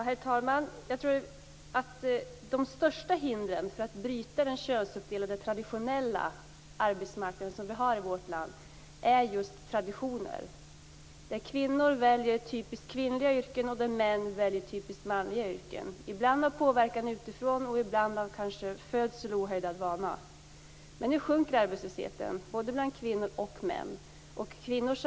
Herr talman! Jag tror att de största hindren för att bryta den könsuppdelade traditionella arbetsmarknaden som vi har i vårt land är just traditioner. Kvinnor väljer typiskt kvinnliga yrken, och män väljer typiskt manliga yrken, ibland genom påverkan utifrån och ibland kanske av födsel och ohejdad vana. Men nu sjunker arbetslösheten både bland kvinnor och bland män.